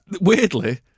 Weirdly